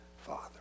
Father